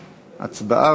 הצבעה,